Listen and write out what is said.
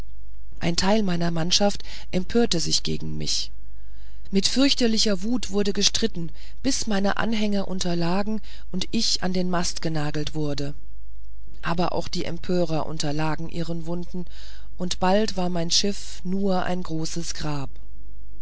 ein teil meiner mannschaft empörte sich gegen mich mit fürchterlicher wut wurde gestritten bis meine anhänger unterlagen und ich an den mast genagelt wurde aber auch die empörer unterlagen ihren wunden und bald war mein schiff nur ein großes grab